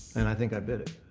and i think i bit it.